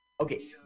Okay